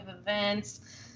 events